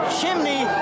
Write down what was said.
chimney